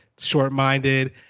short-minded